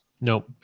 Nope